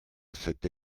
cette